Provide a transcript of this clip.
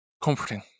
comforting